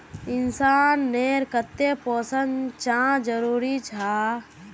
इंसान नेर केते पोषण चाँ जरूरी जाहा?